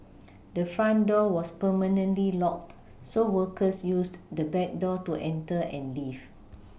the front door was permanently locked so workers used the back door to enter and leave